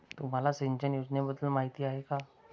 तुम्हाला सिंचन योजनेबद्दल माहिती आहे का?